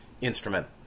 instrument